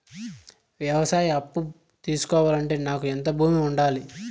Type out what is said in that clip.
వ్యవసాయ అప్పు తీసుకోవాలంటే నాకు ఎంత భూమి ఉండాలి?